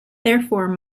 therefore